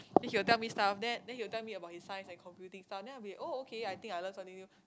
then he'll tell me stuff then then he'll tell me about his Science and Computing stuff then I'll be oh okay I think I learn something new